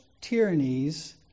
tyrannies